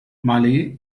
malé